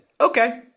okay